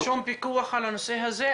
ואין שום פיקוח על הנושא הזה?